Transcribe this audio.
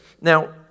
Now